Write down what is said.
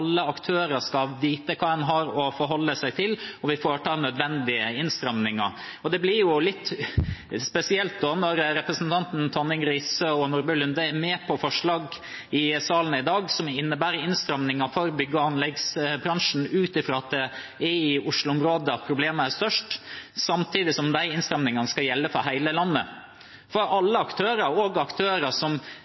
aktører skal vite hva de har å forholde seg til, og vi foretar nødvendige innstramminger. Det blir litt spesielt når representantene Tonning Riise og Nordby Lunde er med på forslag i salen i dag som innebærer innstramminger for bygg- og anleggsbransjen ut fra at det er i Oslo-området problemet er størst, samtidig som innstrammingene skal gjelde for hele landet – for alle aktører, også aktører som